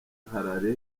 harare